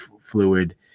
fluid